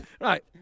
right